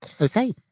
Okay